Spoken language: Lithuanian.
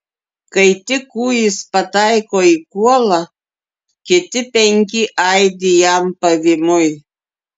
kai tik kūjis pataiko į kuolą kiti penki aidi jam pavymui